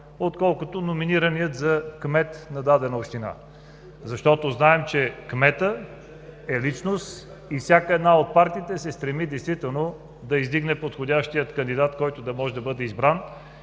по-малко от номинирания за кмет на дадена община. Защото знаем, че кметът е личност и всяка от партиите се стреми действително да издигне подходящия кандидат, който да може да бъде избран